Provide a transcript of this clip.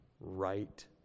right